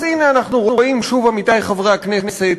אז הנה אנחנו רואים שוב, עמיתי חברי הכנסת,